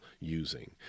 using